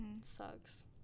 Sucks